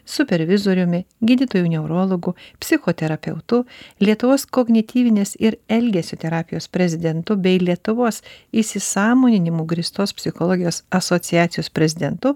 supervizoriumi gydytoju neurologu psichoterapeutu lietuvos kognityvinės ir elgesio terapijos prezidentu bei lietuvos įsisąmoninimu grįstos psichologijos asociacijos prezidentu